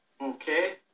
Okay